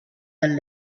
del